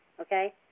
okay